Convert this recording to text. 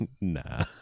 Nah